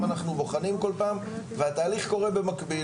אנחנו בוחנים כל פעם והתהליך קורה במקביל,